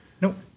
Nope